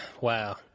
wow